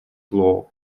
law